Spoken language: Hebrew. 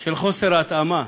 של חוסר התאמה